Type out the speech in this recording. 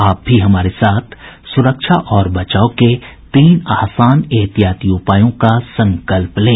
आप भी हमारे साथ सुरक्षा और बचाव के तीन आसान एहतियाती उपायों का संकल्प लें